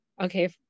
Okay